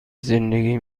زندگی